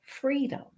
freedom